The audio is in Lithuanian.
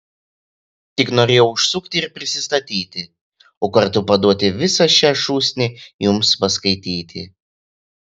tik norėjau užsukti ir prisistatyti o kartu paduoti visą šią šūsnį jums paskaityti